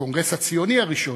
הקונגרס הציוני הראשון,